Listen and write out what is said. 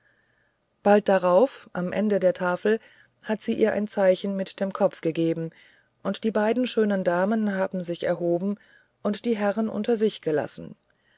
bald darauf am ende der tafel hat sie ihr ein zeichen mit dem kopf gegeben und die beiden schönen damen haben sich erhoben und die herren unter sich gelassen